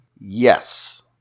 yes